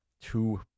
two